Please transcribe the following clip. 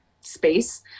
space